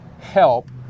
help